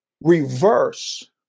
reverse